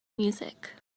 music